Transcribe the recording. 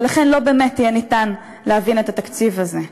ולכן לא באמת יהיה ניתן להבין את התקציב הזה.